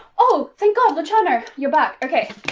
oh, thank god! luciano you're back. okay.